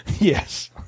Yes